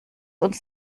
uns